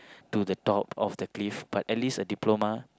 to the top of the cliff but at least a diploma